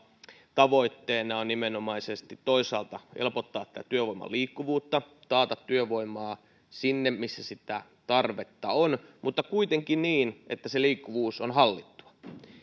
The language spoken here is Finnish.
tavoitteena on nimenomaisesti toisaalta helpottaa tätä työvoiman liikkuvuutta ja taata työvoimaa sinne missä sitä tarvetta on mutta kuitenkin niin että se liikkuvuus on hallittua